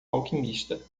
alquimista